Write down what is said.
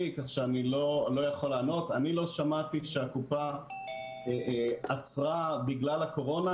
אני רוצה לתת זכות דיבור לחלק מהארגונים ששלחו ניירות עמדה,